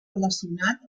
relacionat